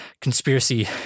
conspiracy